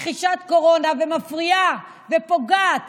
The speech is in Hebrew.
מכחישת קורונה ומפריעה ופוגעת